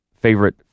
favorite